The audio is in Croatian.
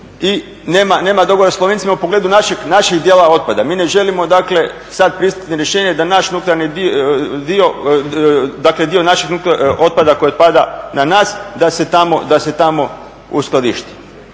se ne razumije./… Slovencima u pogledu našeg djela otpada. Mi ne želimo dakle sad pristati na rješenje da naš nuklearni dio, dakle dio našeg nuklearnog otpada koji otpada na nas, da se tamo uskladišti.